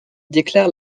déclare